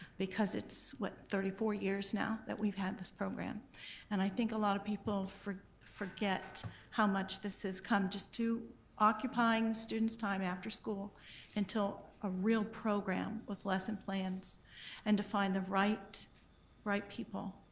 because it's, what, thirty four years now that we've had this program and i think a lot of people forget how much this has come just to occupying students' time after school until a real program with lesson plans and to find the right right people,